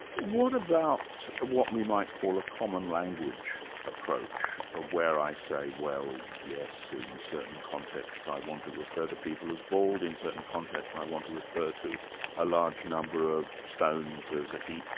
what about what we might call a common language approach, ah where i say, well, yes, in certain contexts i want to refer to people as bald in certain contexts i want to refer to a large number of stones as a heap.